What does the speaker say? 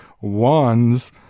wands